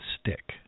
stick